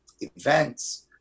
events